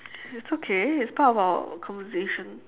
it's okay it's part of our conversation